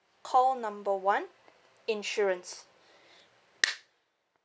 call number one insurance